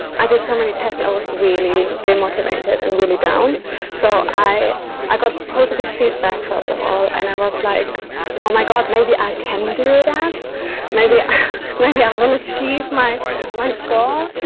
i did so many tests i was really demotivated and really down so i i got positive feedback first of all and i was like oh my gosh maybe i can do that maybe i maybe i will achieve my my score